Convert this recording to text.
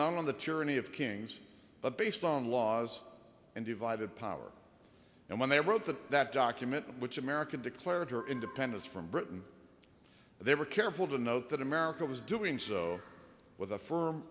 not on the tyranny of kings but based on laws and divided power and when they wrote that that document which american declared her independence from britain they were careful to note that america was doing so with a firm